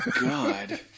God